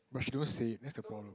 but she don't say it that's the problem